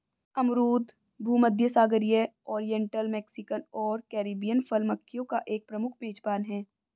अमरूद भूमध्यसागरीय, oriental, Mexican और कैरिबियन फल मक्खियों का एक प्रमुख मेजबान है